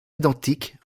identiques